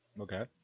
okay